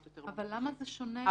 יותר --- למה זה שונה מסעיף 21(ג)?